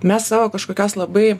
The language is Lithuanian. mes savo kažkokios labai